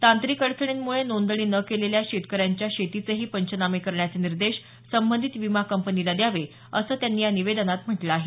तांत्रिक अडचणींमुळे नोंदणी न केलेल्या शेतकऱ्यांच्या शेतीचेही पंचनामे करण्याचे निर्देश संबंधित विमा कंपनीला द्यावे असं त्यांनी या निवेदनात म्हटलं आहे